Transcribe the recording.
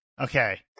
Okay